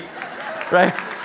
right